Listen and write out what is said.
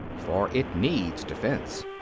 for it needs defence.